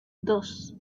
dos